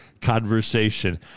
conversation